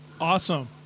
Awesome